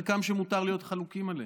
חלקם שיכולים להיות חלוקים עליהם,